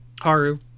Haru